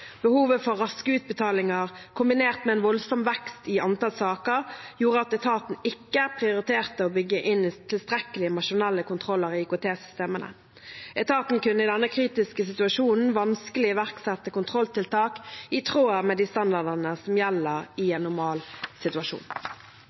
Behovet for raske utbetalinger kombinert med en voldsom vekst i antall saker gjorde at etaten ikke prioriterte å bygge inn tilstrekkelige maskinelle kontroller i IKT-systemene. Etaten kunne i denne kritiske situasjonen vanskelig iverksette kontrolltiltak i tråd med de standardene som gjelder i